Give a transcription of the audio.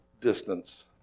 distance